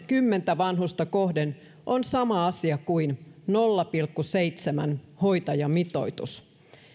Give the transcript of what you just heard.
kymmentä vanhusta kohden on sama asia kuin nolla pilkku seitsemän hoitajamitoitus